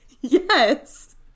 yes